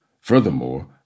Furthermore